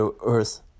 Earth